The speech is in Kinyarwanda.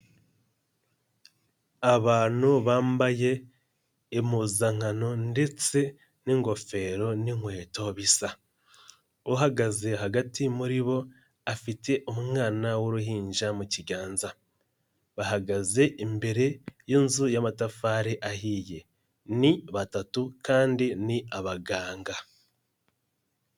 Abantu bambaye impuzankano ndetse n'ingofero n'inkweto bisa, uhagaze hagati muri bo, afite umwana w'uruhinja mu kiganza, bahagaze imbere y'inzu y'amatafari ahiye, ni batatu kandi ni abaganga.